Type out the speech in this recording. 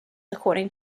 according